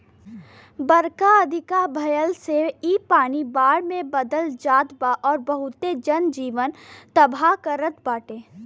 बरखा अधिका भयला से इ पानी बाढ़ में बदल जात बा अउरी बहुते जन जीवन तबाह करत बाटे